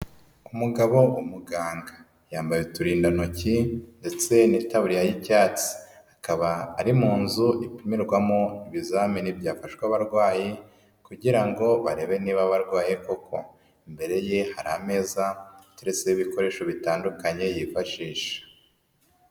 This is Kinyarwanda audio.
Umugabo umuganga yambaye uturindantoki ndetse n'itabuririya y'icyatsi, akaba ari mu nzu ipimirwamo ibizamini byafawe abarwayi kugira ngo barebe niba abarwaye koko, imbere ye hari ameza ateretseho ibikoresho bitandukanye yifashisha.